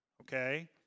okay